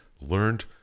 learned